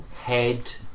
head